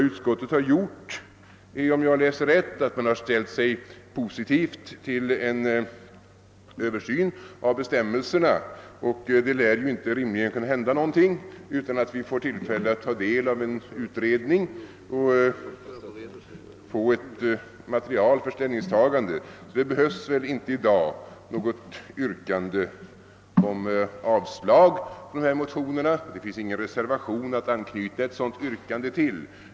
Utskottet har, om jag läser rätt, ställt sig positivt till en översyn av bestämmelserna, och det lär ju inte rimligen kunna hända någonting utan att vi får tillfälle att ta del av en utredning och får material för ett ställningstagande. Det behövs väl inte i dag något yrkande om avslag på motionerna. Det finns ingen reservation att anknyta ett sådant yrkande till.